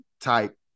type